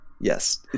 Yes